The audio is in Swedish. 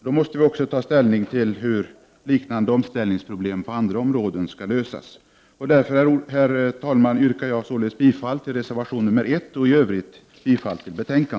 Då måste vi också ta ställning till hur liknande omställningsproblem på andra områden skall lösas. Därför, herr talman, yrkar jag bifall till reservation 1 och i övrigt till utskottets hemställan.